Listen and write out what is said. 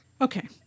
Okay